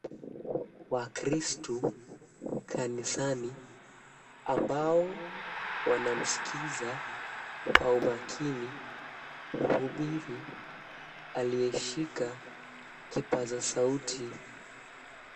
Wakristu kanisani ambao wanamskiza kwa umakini mhubiri aliyeshika kipazasauti.